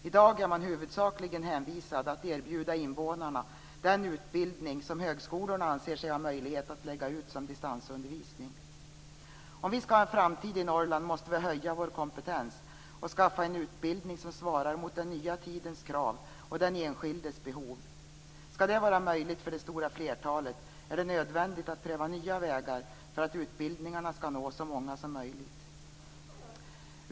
I dag är man huvudsakligen hänvisad att erbjuda invånarna den utbildning som högskolorna anser sig ha möjlighet att lägga ut som distansundervisning. Om vi skall ha en framtid i Norrland måste vi höja vår kompetens och skaffa en utbildning som svarar mot den nya tidens krav och den enskildes behov. Skall det vara möjligt för det stora flertalet är det nödvändigt att pröva nya vägar för att utbildningarna skall nå så många som möjligt.